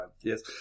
Yes